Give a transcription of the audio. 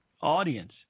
audience